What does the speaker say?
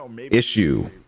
issue